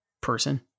person